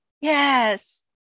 Yes